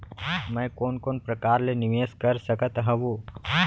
मैं कोन कोन प्रकार ले निवेश कर सकत हओं?